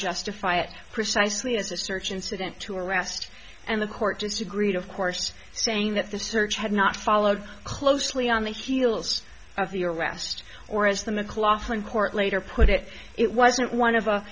justify it precisely as a search incident to arrest and the court disagreed of course saying that the search had not followed closely on the heels of the arrest or as the maclaughlin court later put it it wasn't one of a